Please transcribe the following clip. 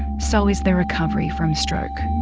so is the recovery from stroke.